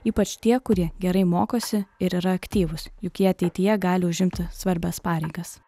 ypač tie kurie gerai mokosi ir yra aktyvūs juk jie ateityje gali užimti svarbias pareigas